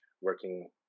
working